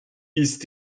ist